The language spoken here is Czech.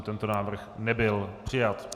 Tento návrh nebyl přijat.